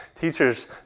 Teachers